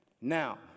Now